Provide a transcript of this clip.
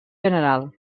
general